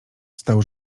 stał